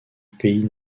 pays